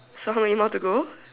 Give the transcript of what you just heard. so how many more to go